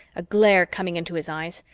a glare coming into his eyes.